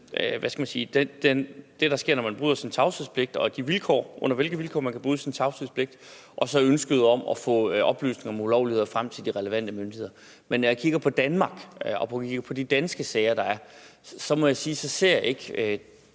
hvad skal man sige – det, der sker, når man bryder sin tavshedspligt, og under hvilke vilkår man kan bryde sin tavshedspligt, og så ønsket om at få oplysninger om ulovligheder frem til de relevante myndigheder. Men når jeg kigger på Danmark, og når jeg kigger på de danske sager, der er, så må jeg sige, at jeg ikke